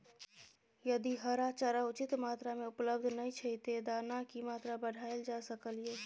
यदि हरा चारा उचित मात्रा में उपलब्ध नय छै ते दाना की मात्रा बढायल जा सकलिए?